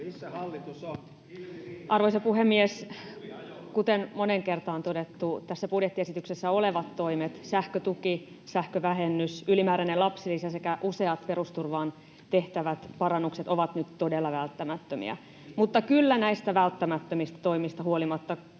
Arvoisa puhemies! Kuten moneen kertaan on todettu, tässä budjettiesityksessä olevat toimet — sähkötuki, sähkövähennys, ylimääräinen lapsilisä sekä useat perusturvaan tehtävät parannukset — ovat nyt todella välttämättömiä. Mutta kyllä näistä välttämättömistä toimista huolimatta kustannusten